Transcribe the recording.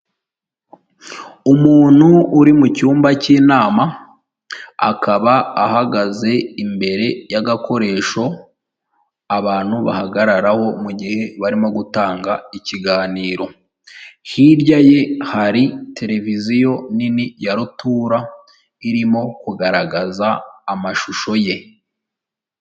Umuntu uri mucyumba cy'inama akaba ahagaze imbere y'agakoresho abantu bahagararaho mugihe barimo gutanga ikiganiro, hirya ye hari televiziyo nini ya rutura irimo kugaragaza amashusho ye.